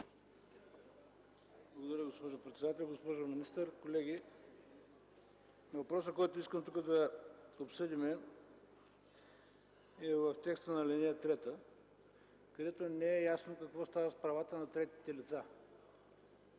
Благодаря, госпожо председател. Госпожо министър, колеги! Въпросът, който искам тук да обсъдим, е в текста на ал. 3, от текста на която не е ясно какво става с правата на третите лица.